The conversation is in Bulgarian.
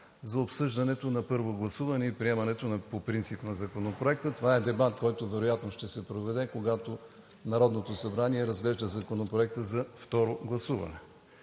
за обсъждането на първо гласуване и приемането по принцип на Законопроекта. Това е дебат, който вероятно ще се проведе, когато Народното събрание разглежда Законопроекта за второ гласуване.